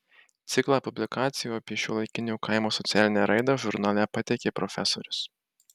ciklą publikacijų apie šiuolaikinio kaimo socialinę raidą žurnale pateikė profesorius